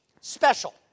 special